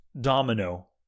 domino